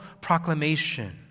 proclamation